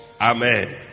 Amen